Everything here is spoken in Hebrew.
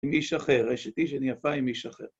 עם איש אחר, אשת איש שניאפה עם איש אחר.